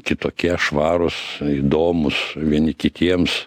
kitokie švarūs įdomūs vieni kitiems